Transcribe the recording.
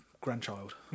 grandchild